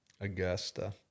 Augusta